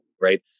right